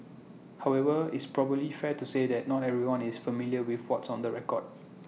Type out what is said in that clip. however is probably fair to say that not everyone is familiar with what's on the record